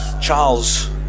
Charles